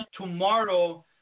tomorrow